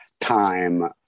time